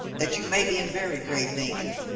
that you may be in very grave danger.